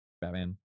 Batman